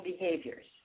behaviors